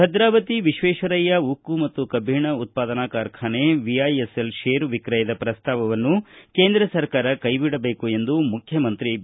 ಭದ್ರಾವತಿ ವಿಶ್ವೇಶ್ವರಯ್ಯ ಉಕ್ಕು ಮತ್ತು ಕಬ್ಬಿಣ ಉತ್ಪಾದನಾ ಕಾರ್ಖಾನೆ ವಿಐಎಸ್ಎಲ್ ಷೇರು ವಿಕ್ರಯದ ಪ್ರಸ್ತಾವವನ್ನು ಕೇಂದ್ರ ಸರ್ಕಾರ ಕೈಬಿಡಬೇಕು ಎಂದು ಮುಖ್ಯಮಂತ್ರಿ ಬಿ